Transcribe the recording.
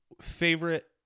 Favorite